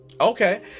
Okay